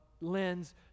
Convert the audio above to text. lens